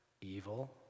evil